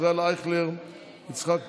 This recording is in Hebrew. ישראל אייכלר ויצחק פינדרוס,